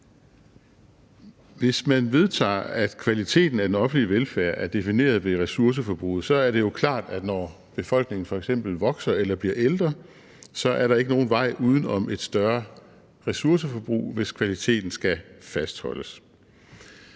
Hvis man vedtager, at kvaliteten af den offentlige velfærd er defineret ved ressourceforbruget, så er det jo klart, at når befolkningen f.eks. vokser eller bliver ældre, så er der ikke nogen vej uden om et større ressourceforbrug, hvis kvaliteten skal fastholdes.